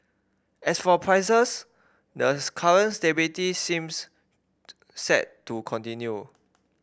as for prices the current stability seems set to continue